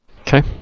Okay